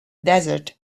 desert